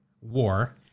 war